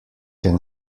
can